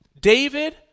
David